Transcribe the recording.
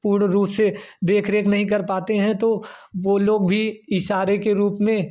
पूर्ण रूप से देख रेख नहीं कर पाते हैं तो वह लोग भी इशारे के रूप में